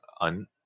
un